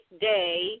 day